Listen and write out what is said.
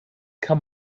kann